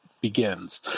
begins